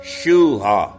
Shuha